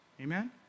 Amen